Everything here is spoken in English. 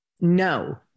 no